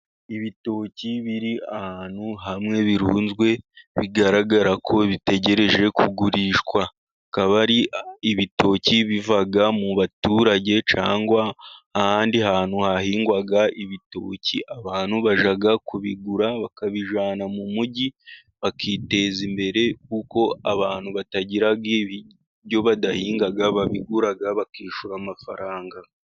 Ibitoki biri ahantu hamwe birunzwe bigaragara ko bitegereje kugurishwa, akaba ari ibitoki bivaga mu baturage cyangwa ahandi hantu hahingwa ibitoki. Abantu bajya kubigura bakabijyana mu mujyi bakiteza imbere kuko abantu batagira ibyo badahinga babigura bakishyura amafaranga.